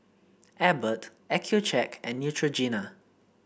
Abbott Accucheck and Neutrogena